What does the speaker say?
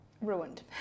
ruined